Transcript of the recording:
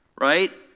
right